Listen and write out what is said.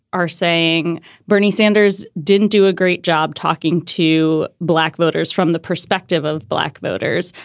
are saying bernie sanders didn't do a great job talking to black voters from the perspective of black voters,